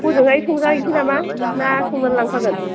हजोंहाय संजाहैनोसै नामा ना संनानै लांखागोन